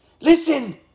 Listen